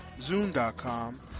Zoom.com